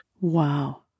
Wow